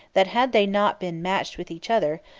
that had they not been matched with each other,